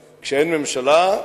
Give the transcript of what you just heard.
ממשלה, כשאין ממשלה,